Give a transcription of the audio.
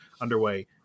underway